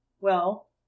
Well